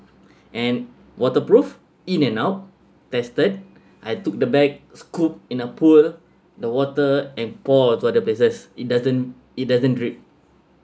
and waterproof in and out tested I took the bag scoop in a pool the water and pour to other places it doesn't it doesn't drip